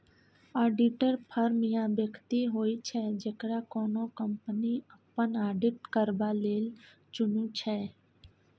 auditor firm या बेकती होइ छै जकरा कोनो कंपनी अपन आडिट करबा लेल चुनै छै